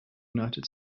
united